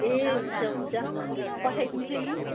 ए हुन्छ हुन्छ पठाइदिन्छु नि